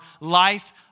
life